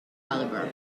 caliber